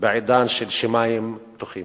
בעידן של שמים פתוחים.